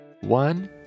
One